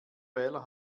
wähler